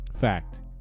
Fact